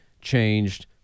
changed